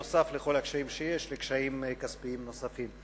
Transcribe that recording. נוסף על כל הקשיים שיש לקשיים כספיים נוספים.